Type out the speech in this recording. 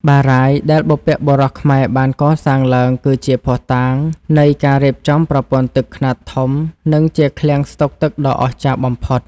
បារាយណ៍ដែលបុព្វបុរសខ្មែរបានកសាងឡើងគឺជាភស្តុតាងនៃការរៀបចំប្រព័ន្ធទឹកខ្នាតធំ និងជាឃ្លាំងស្តុកទឹកដ៏អស្ចារ្យបំផុត។